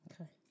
Okay